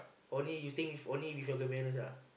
only you staying with only with your grandparents ah